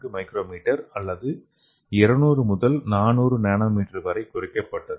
4 µm அல்லது 200 முதல் 400 என்எம் வரை குறைக்கப்பட்டது